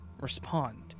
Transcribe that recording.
respond